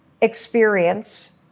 experience